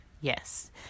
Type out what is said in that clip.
Yes